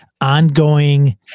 ongoing